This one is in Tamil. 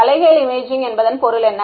தலைகீழ் இமேஜிங் என்பதன் பொருள் என்ன